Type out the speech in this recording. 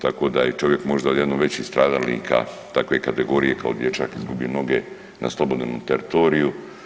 Tako da je čovjek možda i jedan od većih stradalnika takve kategorije kao dječak izgubio noge na slobodnom teritoriju.